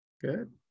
good